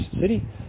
city